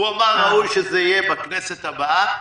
הוא אמר שראוי שזה יהיה בכנסת הבאה,